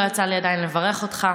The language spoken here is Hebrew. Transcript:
לא יצא לי עדיין לברך אותך.